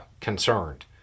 concerned